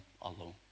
alone